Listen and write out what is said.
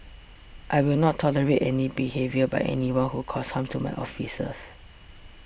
I will not tolerate any behaviour by anyone who causes harm to my officers